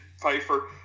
Pfeiffer